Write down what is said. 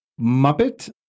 Muppet